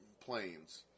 planes